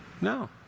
No